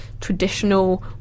traditional